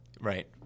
Right